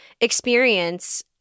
experience